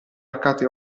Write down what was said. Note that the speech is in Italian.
arcate